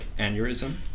aneurysm